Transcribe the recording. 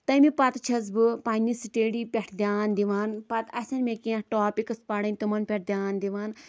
تٔمۍ پَتہٕ چھَس بہٕ پَنٛنہِ سِٹیڈی پٮ۪ٹھ دیان دِوان پَتہٕ آسیٚن مےٚ کیٚنہہ ٹاپِکٕس پَرٕنۍ تِمَن پٮ۪ٹھ دیان دِوان